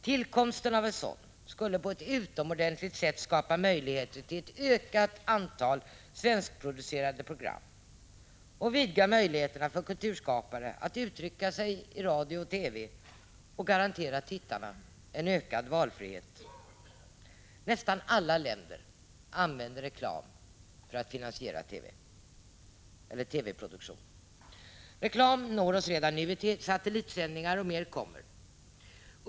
Tillkomsten av en sådan skulle på ett utomordentligt sätt skapa möjligheter att få ett ökat antal svenskproducerade program, vidga möjligheterna för kulturskaparna att uttrycka sig i radio och TV och garantera tittarna en ökad valfrihet i etern. Nästan alla länder använder reklam för att finansiera TV-produktion. Reklam når oss redan nu i satellitsändningar, och mer kommer.